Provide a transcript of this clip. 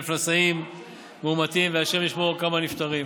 נשאים מאומתים והשם ישמור כמה נפטרים.